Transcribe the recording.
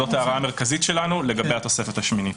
זאת ההערה המרכזית שלנו לגבי התוספת השמינית.